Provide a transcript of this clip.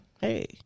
Hey